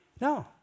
No